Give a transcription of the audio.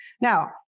Now